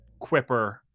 quipper